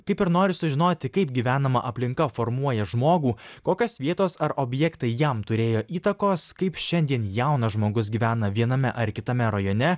kaip ir noriu sužinoti kaip gyvenama aplinka formuoja žmogų kokios vietos ar objektai jam turėjo įtakos kaip šiandien jaunas žmogus gyvena viename ar kitame rajone